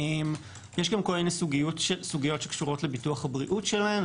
יש גם כל מיני סוגיות שקשורות לביטוח הבריאות שלהן,